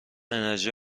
انرژی